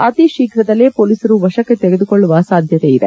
ಅತಿ ಶೀಘ್ರದಲ್ಲೇ ಪೊಲೀಸರು ವಶಕ್ಕೆ ತೆಗೆದುಕೊಳ್ಳುವ ಸಾಧ್ಯತೆ ಇದೆ